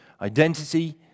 identity